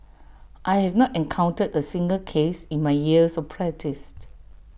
I have not encountered A single case in my years of practised